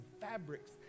fabrics